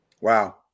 Wow